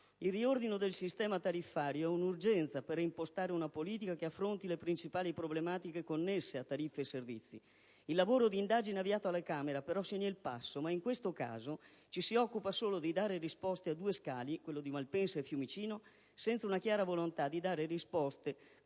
Il riordino del sistema tariffario è un'urgenza per impostare una politica che affronti le principali problematiche connesse a tariffe e servizi. Il lavoro di indagine avviato alla Camera segna però il passo, anche se in questo caso ci si occupa solo di dare risposte a due scali, quelli di Malpensa e Fiumicino, senza la chiara volontà di dare risposte